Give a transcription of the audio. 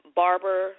barber